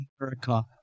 America